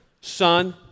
Son